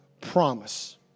promise